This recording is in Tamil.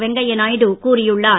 வெங்கைய நாயுடு கூறியுள்ளார்